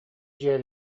дьиэ